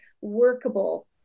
workable